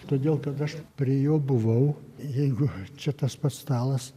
todėl kad aš prie jo buvau jeigu čia tas pats stalas